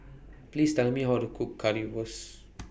Please Tell Me How to Cook Currywurst